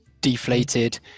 deflated